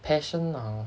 passion ah